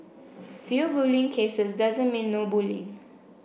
few bullying cases doesn't mean no bullying